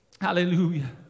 Hallelujah